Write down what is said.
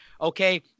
okay